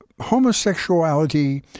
homosexuality